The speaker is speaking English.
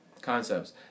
concepts